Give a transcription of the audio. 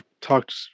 talked